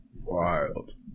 wild